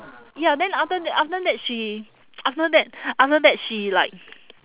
ya then after that after that she after that after that she like